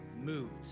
moved